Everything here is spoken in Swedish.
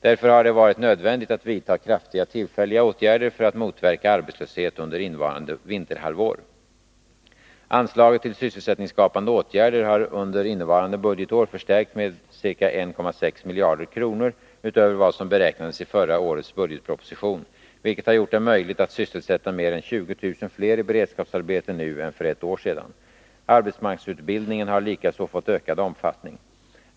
Därför har det varit nödvändigt att vidta kraftiga tillfälliga åtgärder för att motverka arbetslöshet under innevarande vinterhalvår. Anslaget till sysselsättningsskapande åtgärder har under innevarande budgetår förstärkts med ca 1,6 miljarder kronor utöver vad som beräknades i förra årets budgetproposition, vilket har gjort det möjligt att sysselsätta mer än 20 000 fler i beredskapsarbete nu än för ett år sedan. Arbetsmarknadsutbildningen har likaså fått ökad omfattning.